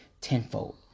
tenfold